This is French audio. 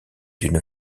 d’une